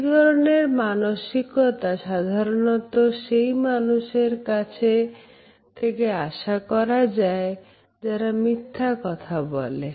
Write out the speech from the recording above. এই ধরনের মানসিকতা সাধারণত সেই মানুষের কাছ থেকে আশা করা যায় যারা মিথ্যা কথা বলে